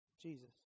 Jesus